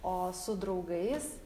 o su draugais